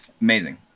Amazing